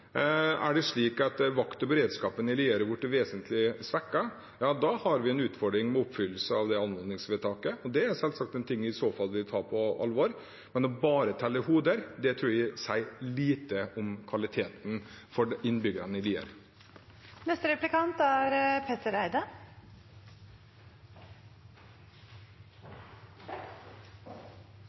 Er det slik at vakten og beredskapen i Lier har blitt vesentlig svekket? Ja, da har vi en utfordring med oppfyllelse av det anmodningsvedtaket, og det er selvsagt en ting jeg i så fall vil ta på alvor. Men det å bare telle hoder tror jeg sier lite om kvaliteten for innbyggerne i